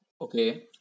Okay